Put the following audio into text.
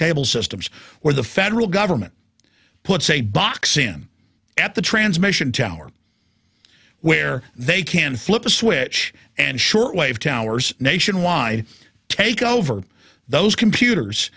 cable systems where the federal government puts a box in at the transmission tower where they can flip a switch and shortwave towers nationwide take over those computers